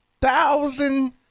thousand